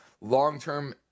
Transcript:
long-term